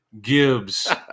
Gibbs